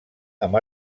amb